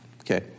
Okay